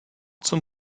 zum